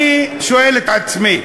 אני שואל את עצמי: